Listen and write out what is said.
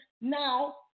now